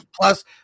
plus